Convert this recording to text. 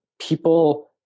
people